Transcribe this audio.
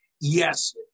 yes